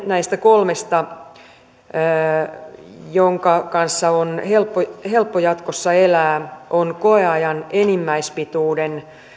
näistä kolmesta toinen jonka kanssa on helppo helppo jatkossa elää on koeajan enimmäispituuden